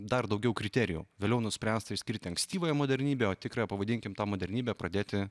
dar daugiau kriterijų vėliau nuspręsta išskirti ankstyvąją modernybę o tikrą pavadinkim tą modernybę pradėti